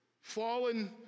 Fallen